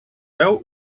veu